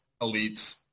elites